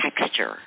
texture